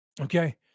okay